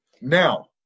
Now